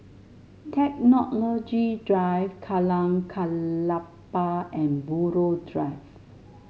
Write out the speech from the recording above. Technology Drive Jalan Klapa and Buroh Drive